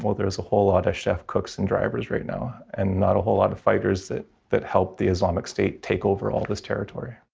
well, there are a whole lot of chefs, cooks and drivers right now and not a whole lot of fighters that that helped the islamic state take over all this territory.